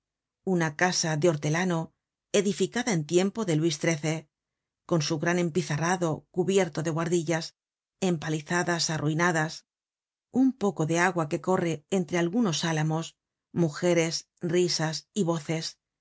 una casa de hortelano edificada en tiempo de luis xiii con su gran empizarrado cubierto de buhardillas empalizadas arruinadas un poco tic agua que corre entre algunos álamos mujeres risas y voces